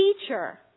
teacher